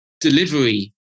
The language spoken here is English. delivery